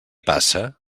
passa